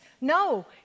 No